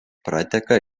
prateka